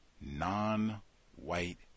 non-white